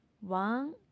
One